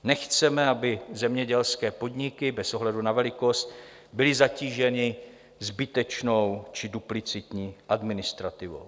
Nechceme, aby zemědělské podniky bez ohledu na velikost byly zatíženy zbytečnou či duplicitní administrativou.